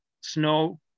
snow